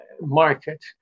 market